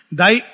thy